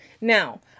Now